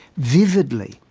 vividly,